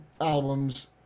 albums